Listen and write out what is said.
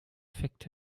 effekt